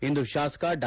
ಇಂದು ಶಾಸಕ ಡಾ